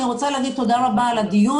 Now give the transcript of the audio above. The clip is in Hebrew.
קטנים.